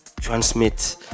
transmit